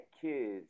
kids